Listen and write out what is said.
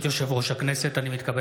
אני קובע